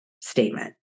statement